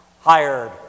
hired